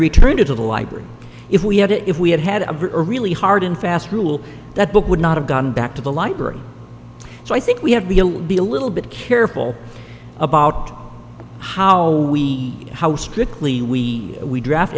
returned it to the library if we had to if we had had a really hard and fast rule that book would not have gone back to the library so i think we have we'll be a little bit careful about how we how strictly we we draft